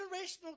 generational